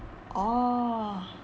oh